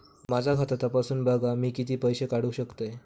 माझा खाता तपासून बघा मी किती पैशे काढू शकतय?